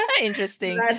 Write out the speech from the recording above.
Interesting